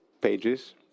pages